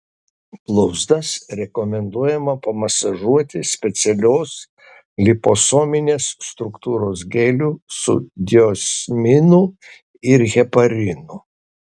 blauzdas rekomenduojama pamasažuoti specialios liposominės struktūros geliu su diosminu ir heparinu